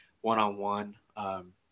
one-on-one